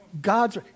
God's